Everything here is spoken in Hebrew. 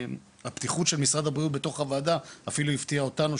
והפתיחות של משרד הבריאות בתוך הוועדה אפילו הפתיעה אותנו,